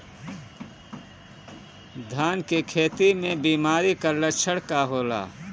धान के खेती में बिमारी का लक्षण का होला?